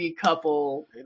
couple